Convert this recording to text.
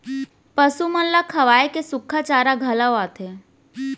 पसु मन ल खवाए के सुक्खा चारा घलौ आथे